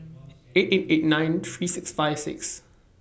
eight eight eight nine three six five six